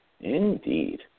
Indeed